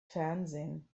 fernsehen